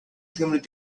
seemed